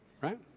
right